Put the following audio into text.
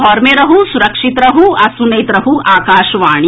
घर मे रहू सुरक्षित रहू आ सुनैत रहू आकाशवाणी